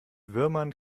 würmern